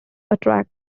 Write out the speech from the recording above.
attract